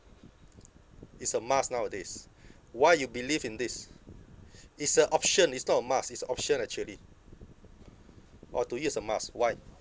is a must nowadays why you believe in this is a option is not a must is option actually orh to you is a must why